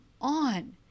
on